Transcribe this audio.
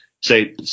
say